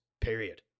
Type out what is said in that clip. period